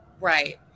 Right